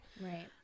right